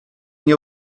nie